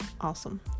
awesome